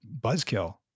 buzzkill